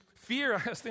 Fear